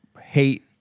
hate